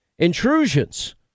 intrusions